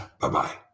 Bye-bye